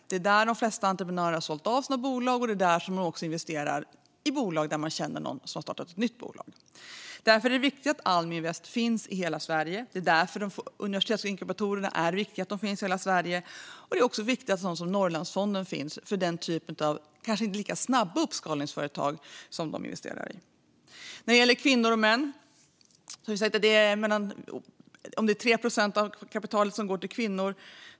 Det är där de flesta entreprenörer har sålt av sina bolag, och det är också där man investerar i bolag där man känner någon som har startat ett nytt bolag. Därför är det viktigt att Almi Invest finns i hela Sverige. Därför är det viktigt att universitetsinkubatorerna finns i hela Sverige. Därför är det också viktigt att exempelvis Norrlandsfonden finns för den typ av kanske inte så snabba uppskalningsföretag som de investerar i. När det gäller kvinnor och män har det sagts att ungefär 3 procent av kapitalet går till kvinnor.